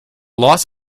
loss